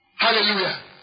Hallelujah